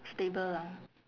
stable lah